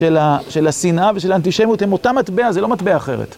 של השנאה ושל האנטישמיות, הם אותה מטבע, זה לא מטבע אחרת.